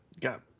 got